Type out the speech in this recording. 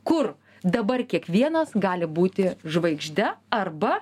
kur dabar kiekvienas gali būti žvaigžde arba